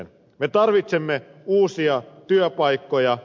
me tarvitsemme uusia työpaikkoja